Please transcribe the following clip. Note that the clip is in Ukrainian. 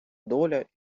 доля